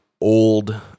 old